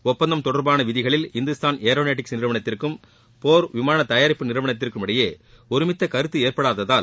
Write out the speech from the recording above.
ஒப்பந்தம் தொடர்பான விதிகளில் இந்துஸ்தான் ஏரோநாடிக்ஸ் நிறுவனத்திற்கும் போர் விமான தயாரிப்பு நிறுவனத்திற்கும் இடையே ஒருமித்தக்கருத்து ஏற்படாததால்